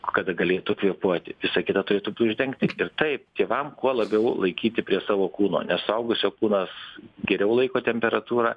kad galėtų kvėpuoti visa kita turėtų uždengti ir taip tėvam kuo labiau laikyti prie savo kūno nes suaugusio kūnas geriau laiko temperatūrą